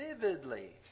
vividly